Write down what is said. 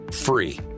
free